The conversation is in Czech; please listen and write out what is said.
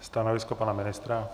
Stanovisko pana ministra?